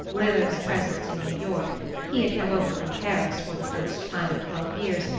lillo's presence in new york he had come over from paris for the first time in twelve years,